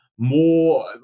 More